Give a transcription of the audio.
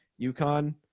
UConn